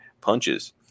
punches